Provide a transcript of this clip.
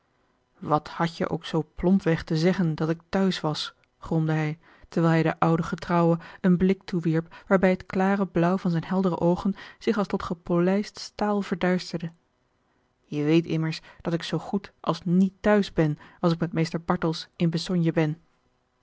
wat had je ook zoo plompweg te zeggen dat ik thuis was gromde hij terwijl hij den ouden getrouwe een blik toewierp waarbij het klare blauw van zijne heldere oogen zich als tot gepolijst staal verduisterde je weet immers dat ik zoo goed als niet thuis ben als ik met mr bartels in besogne ben